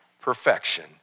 perfection